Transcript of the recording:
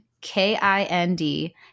K-I-N-D